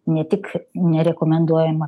ne tik nerekomenduojama